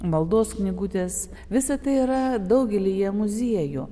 maldos knygutės visa tai yra daugelyje muziejų